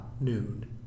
noon